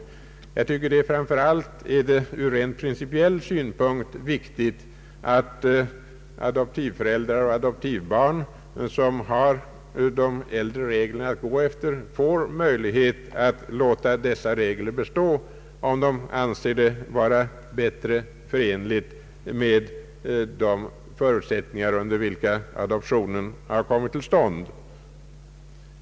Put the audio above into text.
Framför allt tycker jag att det är ur rent principiell synpunkt viktigt att adoptivföräldrar och adoptivbarn, som har de äldre reglerna att gå efter, får möjlighet att låta dessa regler bestå om de anser detta vara bättre förenligt med de förutsättningar under vilka adoptionen kommit till. Herr talman!